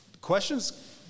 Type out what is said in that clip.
questions